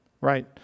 right